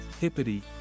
Hippity